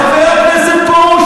חבר הכנסת פרוש,